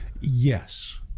Yes